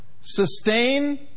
sustain